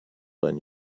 ein